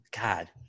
God